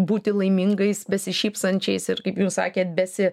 būti laimingais besišypsančiais ir kaip jūs sakėt besi